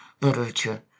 literature